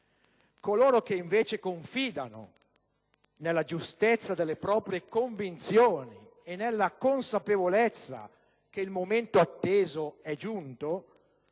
Coloro che, invece, confidano nella giustezza delle proprie convinzioni e nella consapevolezza che il momento atteso è giunto,